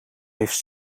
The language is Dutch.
heeft